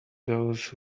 those